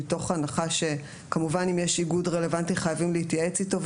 מתוך הנחה שאם ישנו איגוד רלוונטי כמובן שחייבים להתייעץ איתו,